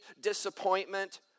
disappointment